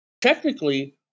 technically